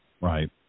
Right